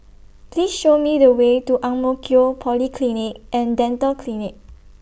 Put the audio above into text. Please Show Me The Way to Ang Mo Kio Polyclinic and Dental Clinic